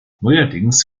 neuerdings